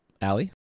Allie